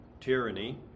tyranny